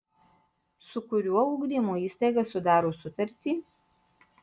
su kuriuo ugdymo įstaiga sudaro sutartį